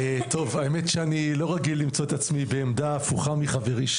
האמת שאני לא רגיל למצוא את עצמי בעמדה הפוכה מחברי,